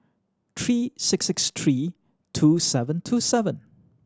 three six six three two seven two seven